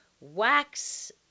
wax